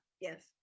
yes